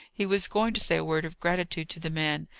he was going to say a word of gratitude to the man.